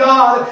God